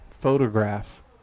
photograph